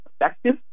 effective